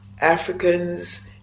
Africans